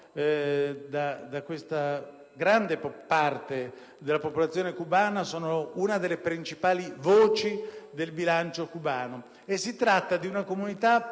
da questa grande parte della popolazione cubana, sono una delle principali voci del bilancio cubano. Si tratta di una comunità